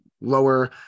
lower